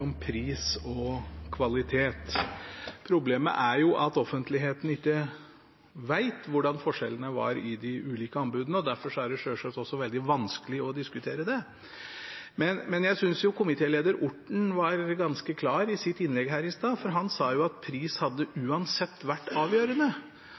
pris og kvalitet mye. Problemet er jo at offentligheten ikke vet hva forskjellene var i de ulike anbudene, og derfor er det jo selvsagt også veldig vanskelig å diskutere det. Jeg synes komitéleder Orten var ganske klar i sitt innlegg her i stad, for han sa jo at pris uansett hadde